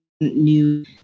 new